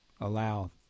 allow